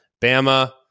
Bama